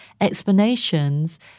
explanations